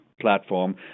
platform